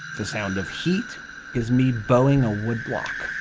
the sound of heat is me bowing a woodblock.